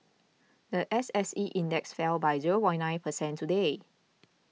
the S S E index fell by zero nine percent today